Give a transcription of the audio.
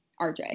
RJ